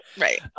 Right